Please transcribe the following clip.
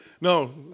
No